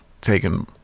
taken